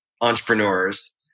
entrepreneurs